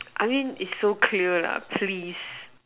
I mean is so clear lah please